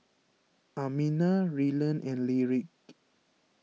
Amina Rylan and Lyric